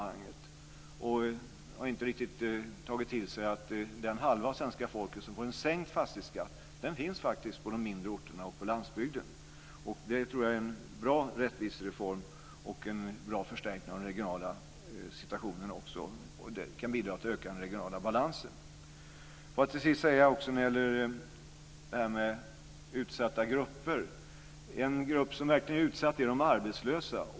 Han har inte riktigt tagit till sig att den halva av svenska folket som får en sänkt fastighetsskatt finns på de mindre orterna och på landsbygden. Det tror jag är en bra rättvisereform och en bra förstärkning av den regionala situationen. Det kan bidra till att öka den regionala balansen. Får jag till sist säga något när det gäller utsatta grupper. En grupp som verkligen är utsatt är de arbetslösa.